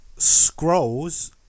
Scrolls